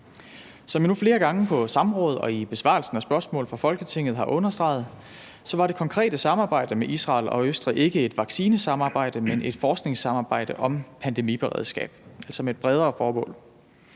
Som jeg nu flere gange på samråd og i besvarelsen af spørgsmål fra Folketinget har understreget, var det konkrete samarbejde med Israel og Østrig ikke et vaccinesamarbejde, men et forskningssamarbejde om pandemiberedskab, altså et samarbejde med et bredere formål.